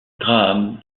graham